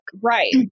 right